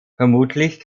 vermutlich